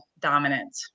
dominant